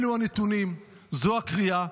אלו הנתונים, זאת הקריאה.